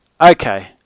Okay